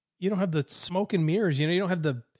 you don't have the smoke and mirrors, you know, you don't have the,